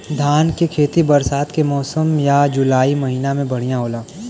धान के खेती बरसात के मौसम या जुलाई महीना में बढ़ियां होला?